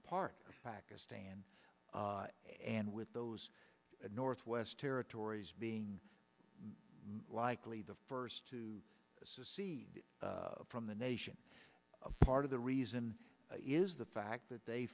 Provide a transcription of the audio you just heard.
apart pakistan and with those northwest territories being likely the first to secede from the nation part of the reason is the fact that they